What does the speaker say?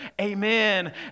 amen